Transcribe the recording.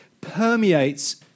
permeates